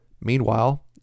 Meanwhile